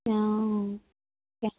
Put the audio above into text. অ